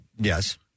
Yes